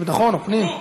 או פנים?